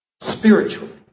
spiritually